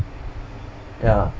ya